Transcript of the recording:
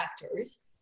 factors